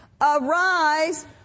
Arise